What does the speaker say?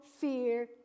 fear